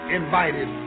invited